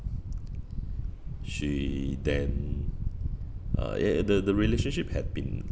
she then uh a~ the the relationship had been